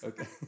Okay